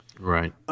Right